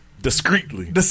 Discreetly